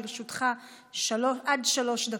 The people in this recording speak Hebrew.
לרשותך עד שלוש דקות.